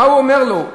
מה הוא אומר לו?